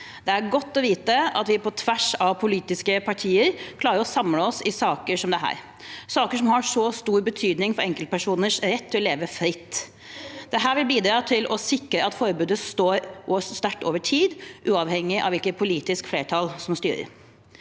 Det er godt å vite at vi på tvers av politiske partier klarer å samle oss i saker som dette, saker som har så stor betydning for enkeltpersoners rett til å leve fritt. Dette vil bidra til å sikre at forbudet står sterkt over tid, uavhengig av hvilket politisk flertall som styrer.